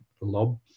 lob